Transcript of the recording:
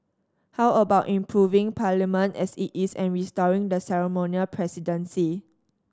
how about improving Parliament as it is and restoring the ceremonial presidency